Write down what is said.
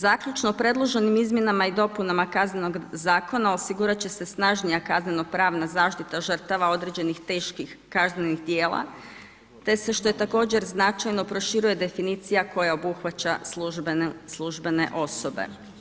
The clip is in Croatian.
Zaključno predloženim Izmjenama i dopunama Kaznenog zakona osigurati će se snažnija kazneno-pravna zaštita žrtava određenih teških kaznenih djela te se što je također značajno proširuje definicija koja obuhvaća službene osobe.